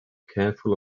careful